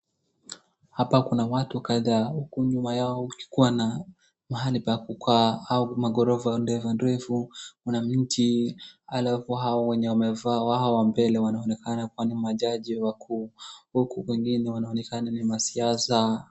Hapa kuna watu kadhaa, huku nyuma yao kukiwa na mahali ya kukaa au magorofa ndefundefu. Kuna miti alafu wenye wamevaa hao wa mbele wanaonekana kuwa ni majaji wakuu huku wengi wanaonekana ni wanasiasa.